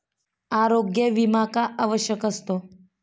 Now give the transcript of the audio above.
आरोग्य विमा का आवश्यक असतो?